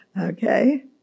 Okay